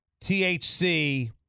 THC